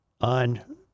on